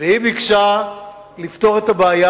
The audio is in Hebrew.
והיא ביקשה לפתור את הבעיה,